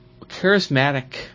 Charismatic